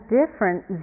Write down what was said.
different